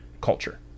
culture